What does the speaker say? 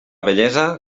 vellesa